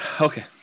Okay